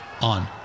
on